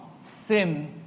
sin